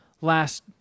last